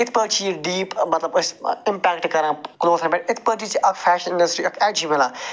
یِتھ پٲٹھۍ چھِ یہِ ڈیٖپ مطلب أسۍ اِمپٮ۪کٹ کَران کُلوتھَن پٮ۪ٹھ اِتھ پٲٹھۍ تہِ چھِ اکھ فٮ۪شن اٮ۪ج مِلان